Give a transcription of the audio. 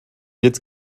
jetzt